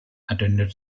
attended